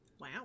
Wow